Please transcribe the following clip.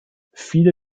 viele